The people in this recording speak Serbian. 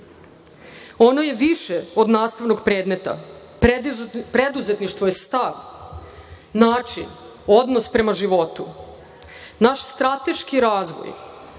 Ono je više od nastavnog predmeta. Preduzetništvo je stav, način, odnos prema životu. Naš strateški razvoj